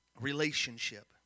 relationship